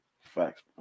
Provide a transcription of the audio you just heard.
Facts